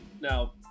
Now